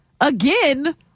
again